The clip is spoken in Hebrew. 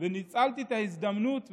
וניצלתי את ההזדמנות,